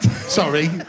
Sorry